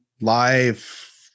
live